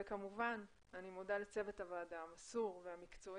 כמובן אני מודה לצוות הוועדה המסור והמקצועי,